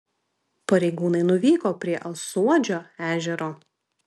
pareigūnai nuvyko prie alsuodžio ežero